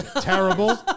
terrible